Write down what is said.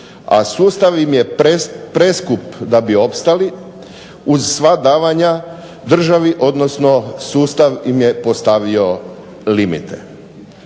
a sustav im je preskup da bi opstali uz sva davanja državi odnosno sustav im je postavio limite.